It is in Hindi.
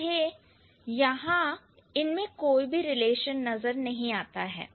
मुझे यहां कोई भी रिलेशन नजर नहीं आता है